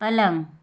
पलंग